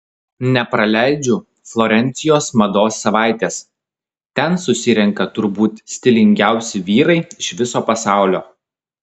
nepraleidžiu florencijos mados savaitės ten susirenka turbūt stilingiausi vyrai iš viso pasaulio